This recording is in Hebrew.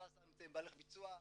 16 נמצאות בהליך ביצוע,